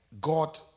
God